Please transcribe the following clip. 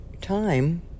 time